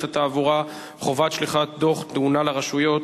התעבורה (חובת שליחת דוח תאונה לרשויות),